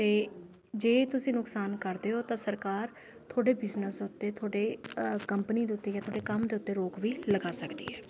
ਅਤੇ ਜੇ ਤੁਸੀਂ ਨੁਕਸਾਨ ਕਰਦੇ ਹੋ ਤਾਂ ਸਰਕਾਰ ਤੁਹਾਡੇ ਬਿਜਨਸ ਉੱਤੇ ਤੁਹਾਡੇ ਕੰਪਨੀ ਦੇ ਉੱਤੇ ਜਾਂ ਤੁਹਾਡੇ ਕੰਮ ਦੇ ਉੱਤੇ ਰੋਕ ਵੀ ਲਗਾ ਸਕਦੀ ਹੈ